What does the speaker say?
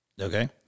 Okay